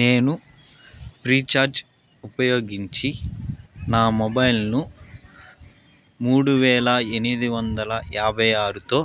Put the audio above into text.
నేను pre charge ఉపయోగించి నా మొబైల్ను మూడు వేల ఎనిమిది వందల యాభై ఆరుతో